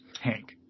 hank